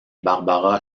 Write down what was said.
barbara